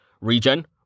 Regen